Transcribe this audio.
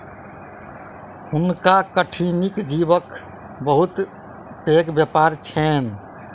हुनका कठिनी जीवक बहुत पैघ व्यापार छैन